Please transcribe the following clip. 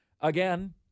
Again